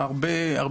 בשבוע האחרון,